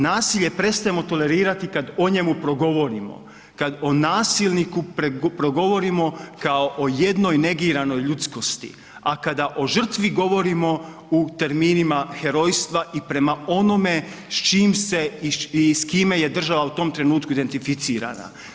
Nasilje prestajemo tolerirati kada o njemu progovorimo, kada o nasilniku progovorimo kao o jednoj negiranoj ljudskosti, a kada o žrtvi govorimo u terminima u herojstva i prema onome s čim se i s kime je država u tom trenutku identificirana.